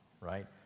right